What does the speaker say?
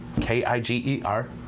k-i-g-e-r